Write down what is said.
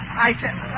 hydrogen